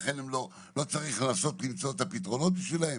לכן לא צריך לנסות ולמצוא את הפתרונות בשבילם?